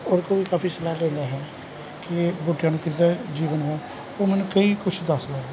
ਉਹਦੇ ਕੋ ਵੀ ਕਾਫੀ ਸਲਾਹ ਲੈਂਦਾ ਹੈ ਕਿ ਬੂਟਿਆਂ ਨੂੰ ਕਿੱਦਾਂ ਜੀਵਨ ਹੈ ਉਹ ਮੈਨੂ ਕਈ ਕੁਛ ਦਸਦਾ ਹੈ